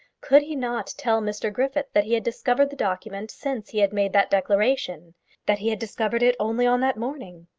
could he not tell mr griffith that he had discovered the document since he had made that declaration that he had discovered it only on that morning?